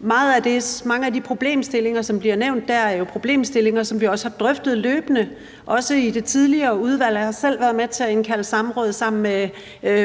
Mange af de problemstillinger, som bliver nævnt der, er jo problemstillinger, som vi også har drøftet løbende, også i det tidligere udvalg, og jeg har selv været med til på samme tid at indkalde til samråd sammen med